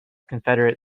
confederate